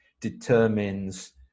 determines